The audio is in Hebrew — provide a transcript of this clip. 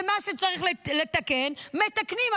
ומה שצריך לתקן מתקנים,